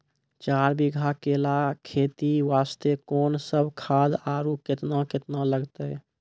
चार बीघा केला खेती वास्ते कोंन सब खाद आरु केतना केतना लगतै?